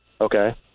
Okay